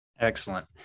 Excellent